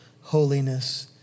holiness